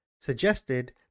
suggested